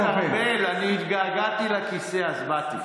חבר הכנסת ארבל, אני התגעגעתי לכיסא אז באתי.